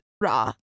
raw